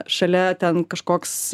šalia ten kažkoks